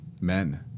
men